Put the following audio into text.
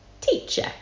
Teacher